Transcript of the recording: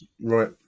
right